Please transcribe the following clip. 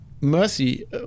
mercy